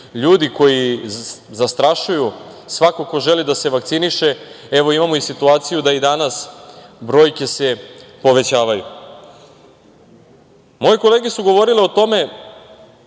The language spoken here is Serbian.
ljudi koji zastrašuju svakog ko želi da se vakciniše, evo imamo situaciju da i danas brojke se povećavaju. Moje kolege su govorile o tome